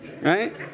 right